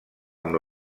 amb